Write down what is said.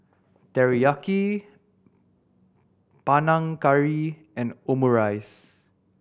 Teriyaki Panang Curry and Omurice